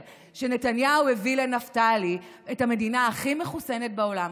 שנתניהו הביא לנפתלי את המדינה הכי מחוסנת בעולם,